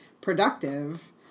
productive